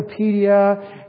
Wikipedia